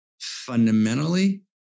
fundamentally